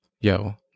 yo